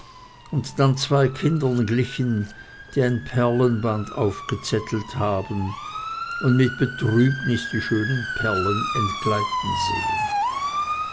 und dann zwei kindern glichen die ein perlenband aufgezettelt haben und mit betrübnis die schönen perlen entgleiten sehen